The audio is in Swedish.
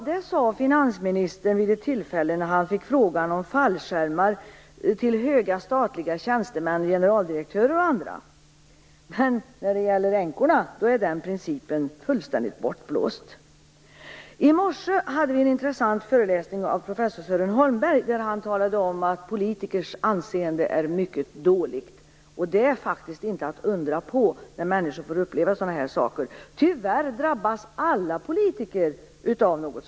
Det sade finansministern vid ett tillfälle när han fick frågan om fallskärmar till höga statliga tjänstemän, generaldirektörer och andra. När det gäller änkorna är den principen fullständigt bortblåst. I morse hade vi en intressant föreläsning av professor Sören Holmberg. Han talade om att politikers anseende är mycket dåligt. Det är faktiskt inte att undra på när människor får uppleva sådana här saker. Tyvärr drabbas alla politiker av sådant.